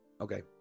okay